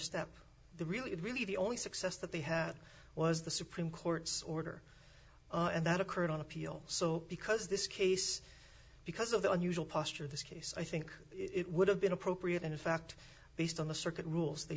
step the really really the only success that they had was the supreme court's order and that occurred on appeal so because this case because of the unusual posture of this case i think it would have been appropriate and in fact based on the circuit rules they